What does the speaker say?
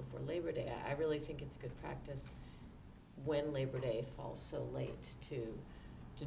before labor day i really think it's good practice when labor day falls so late to